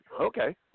Okay